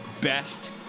best